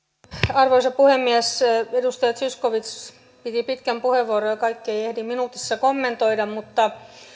arvoisa puhemies edustaja zyskowicz käytti pitkän puheenvuoron ja kaikkea ei ehdi minuutissa kommentoida mutta